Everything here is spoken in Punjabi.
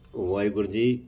ਵਾਹਿਗੁਰੂ ਜੀ